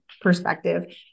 perspective